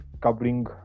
covering